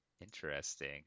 interesting